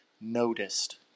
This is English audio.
noticed